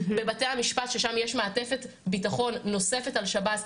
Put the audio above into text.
בבתי המשפט ששם יש מעטפת ביטחון נוספת על שב"ס,